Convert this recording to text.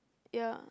ya